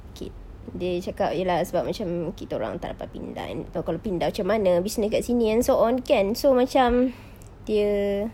okay dia cakap ya lah sebab macam kita orang tak dapat pindah then kalau pindah macam mana business dekat sini and so on kan so macam dia